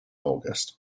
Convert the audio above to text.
august